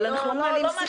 אני לא מאשימה אף אחד.